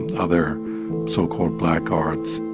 other so-called black arts.